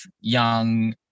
young